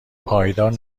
پایدار